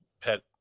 pet